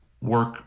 work